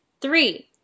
Three